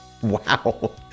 Wow